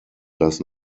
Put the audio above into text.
does